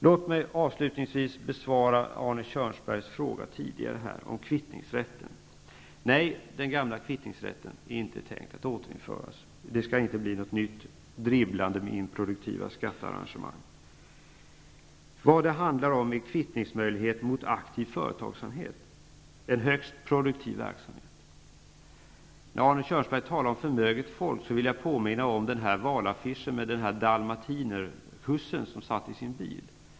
Låt mig avslutningsvis besvara Arne Kjörnsbergs tidigare fråga här om kvittningsrätten. Nej, den gamla kvittningsrätten är inte tänkt att återinföras. Det skall inte bli något nytt dribblande med improduktiva skattearrangemang. Det handlar i stället om kvittningsmöjlighet mot aktiv företagsamhet, alltså en högst produktiv verksamhet. Arne Kjörnsberg talade om förmöget folk. Jag vill då påminna om den valaffisch som visade en bild på en dalmatinerhusse, som satt i sin bil.